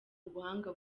ubuhanga